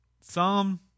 Psalm